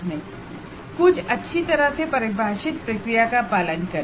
लेकिन कुछ अच्छी तरह से परिभाषित प्रक्रिया का पालन करें